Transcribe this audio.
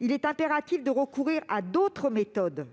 il est impératif de recourir à d'autres méthodes